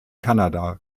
kanada